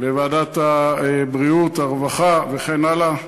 בוועדת הרווחה והבריאות, וכן הלאה,